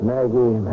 Maggie